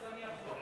אז אני אחזור.